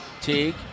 Teague